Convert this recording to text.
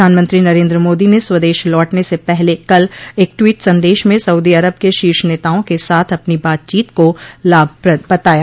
प्रधानमंत्री नरेन्द्र मोदी ने स्वदेश लौटने से पहले कल एक ट्वीट संदेश में सऊदी अरब के शीर्ष नेताओं के साथ अपनी बातचीत को लाभप्रद बताया